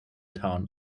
town